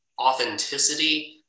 authenticity